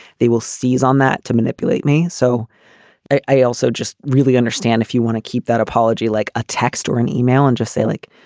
they will seize on that to manipulate me. so i also just really understand, if you want to keep that apology like a text or an email and just say like,